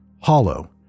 hollow